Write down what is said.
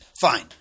Fine